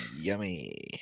Yummy